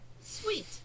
Sweet